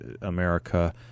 America